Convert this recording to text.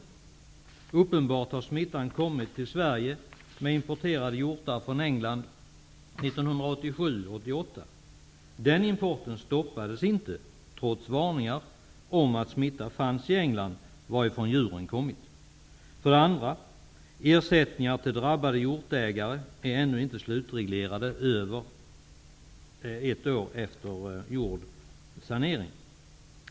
Uppenbarligen har smittan kommit till Sverige med importerade hjortar från England 1987--1988. Den importen stoppades inte, trots varningar om att smitta fanns i England varifrån djuren kommit. För det andra är ersättningarna till drabbade hjortägare ännu inte -- mer än ett år efter gjord sanering -- slutreglerade.